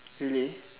really